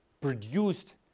produced